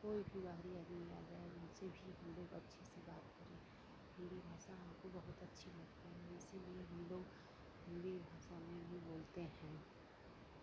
कोई भी बाहरी आदमी आ जाए उनसे भी हम लोग अच्छे से बात करें हिन्दी भाषा हमको बहुत अच्छी लगते हैं इसीलिए हम लोग हिन्दी भाषा में ही बोलते हैं